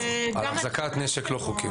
אחזקת נשק לא חוקי.